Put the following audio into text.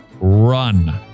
run